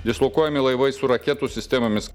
dislokuojami laivai su raketų sistemomis